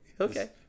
Okay